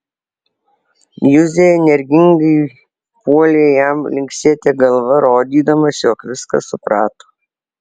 juzė energingai puolė jam linksėti galva rodydamas jog viską suprato